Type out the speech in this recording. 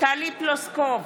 טלי פלוסקוב,